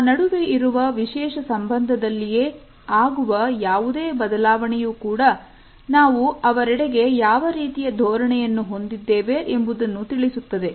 ನಮ್ಮ ನಡುವೆ ಇರುವ ವಿಶೇಷ ಸಂಬಂಧದಲ್ಲಿಯೇ ಆಗುವ ಯಾವುದೇ ಬದಲಾವಣೆಯು ಕೂಡ ನಾವು ಅವರೆಡೆಗೆ ಯಾವ ರೀತಿಯ ಧೋರಣೆಯನ್ನು ಹೊಂದಿದೆ ಎಂಬುದನ್ನು ತಿಳಿಸುತ್ತದೆ